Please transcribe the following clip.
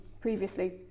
previously